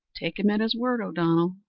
take him at his word, o'donnell.